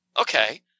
okay